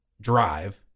drive